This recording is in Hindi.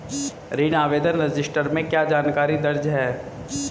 ऋण आवेदन रजिस्टर में क्या जानकारी दर्ज है?